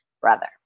Brother